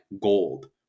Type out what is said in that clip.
gold